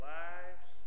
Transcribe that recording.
lives